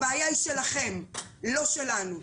הבעיה היא שלכם ולא שלנו.